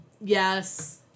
Yes